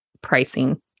pricing